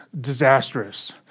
disastrous